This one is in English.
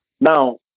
now